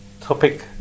topic